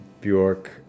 Bjork